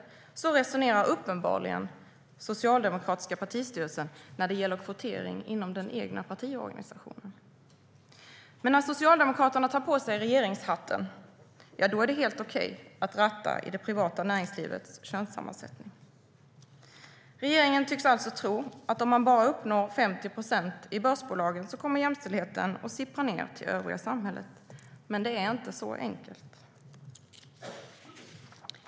Och så resonerar uppenbarligen den socialdemokratiska partistyrelsen när det gäller kvotering inom den egna partiorganisationen. Men när Socialdemokraterna tar på sig regeringshatten, då är det helt okej att ratta i det privata näringslivets könssammansättning. Regeringen tycks alltså tro att om man bara uppnår 50 procent i börsbolagen kommer jämställdheten att sippra ned till det övriga samhället. Men det är inte så enkelt.